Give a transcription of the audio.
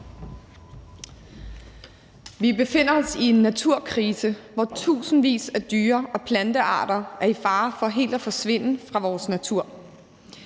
Vi befinder os i en naturkrise, hvor tusindvis af dyre- og plantearter er i fare for helt at forsvinde fra vores natur.